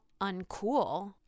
uncool